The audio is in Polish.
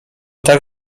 tak